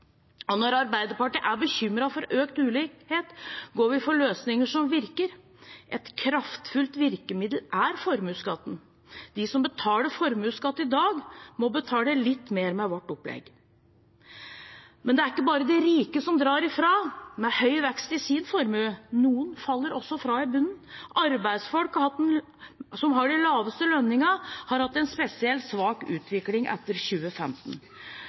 ha. Når Arbeiderpartiet er bekymret for økt ulikhet, går vi for løsninger som virker. Et kraftfullt virkemiddel er formuesskatten. De som betaler formuesskatt i dag, må betale litt mer med vårt opplegg. Men det ikke bare de rike som drar ifra – med høy vekst i sin formue – noen faller også fra i bunnen. Arbeidsfolk som har de laveste lønningene, har hatt en spesielt svak utvikling etter 2015.